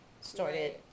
started